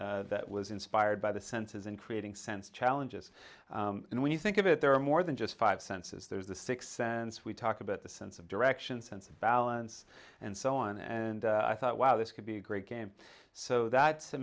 game that was inspired by the senses and creating sense challenges and when you think of it there are more than just five senses there's the sixth sense we talk about the sense of direction sense of balance and so on and i thought wow this could be a great game so that